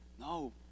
No